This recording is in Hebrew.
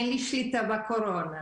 אין לי שליטה בקורונה,